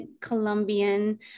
Colombian